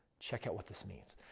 check out what this means.